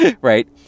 right